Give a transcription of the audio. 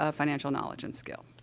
ah financial knowledge and skill.